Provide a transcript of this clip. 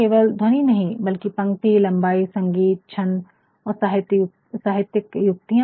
केवल ध्वनि नहीं बल्कि पंक्ति लम्बाई संगीत छंद और साहित्य युक्तियाँ